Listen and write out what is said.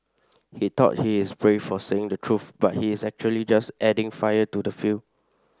he thought he's brave for saying the truth but he's actually just adding fire to the fuel